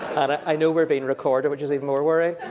i know we're being recorded, which is even more worrying.